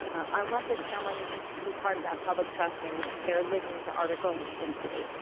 unless it's someone who's part of that public trust and they're linking to articles in slate.